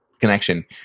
connection